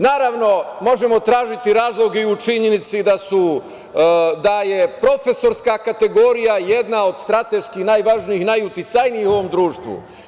Naravno, možemo tražiti razloge i u činjenici da je profesorska kategorija jedna od strateški najvažnijih i najuticajnijih u ovom društvu.